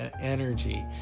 energy